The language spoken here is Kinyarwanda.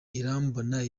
irambona